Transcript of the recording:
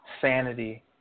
sanity